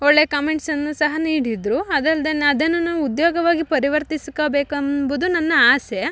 ಒಳ್ಳೆ ಕಮೆಂಟ್ಸನ್ನು ಸಹ ನೀಡಿದರು ಅದಲ್ಲದೆ ನಾ ಅದನ್ನು ಉದ್ಯೋಗವಾಗಿ ಪರಿವರ್ತಿಸ್ಕೊ ಬೇಕಂಬುದು ನನ್ನ ಆಸೆ